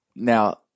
Now